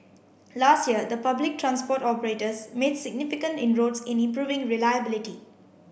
last year the public transport operators made significant inroads in improving reliability